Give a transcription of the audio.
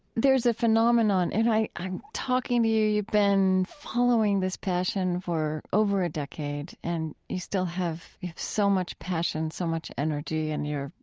there's a phenomenon, and i'm talking to you, you've been following this passion for over a decade and you still have you have so much passion, so much energy and you're,